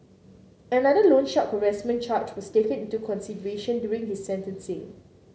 another loan shark harassment charge was taken into consideration during his sentencing